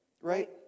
right